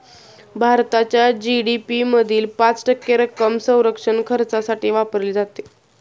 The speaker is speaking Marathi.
भारताच्या जी.डी.पी मधील पाच टक्के रक्कम संरक्षण खर्चासाठी वापरली जाते